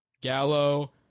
Gallo